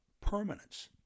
permanence